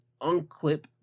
unclip